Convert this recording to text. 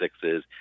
sixes